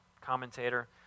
commentator